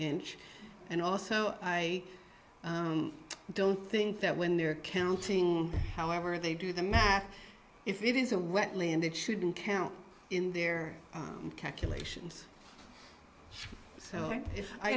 inch and also i don't think that when they're counting however they do the math if it is a wetland it shouldn't count in their calculations so i